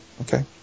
okay